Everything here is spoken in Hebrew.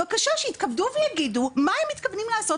בבקשה שיתכבדו ויגידו מה הם מתכוונים לעשות